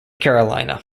carolina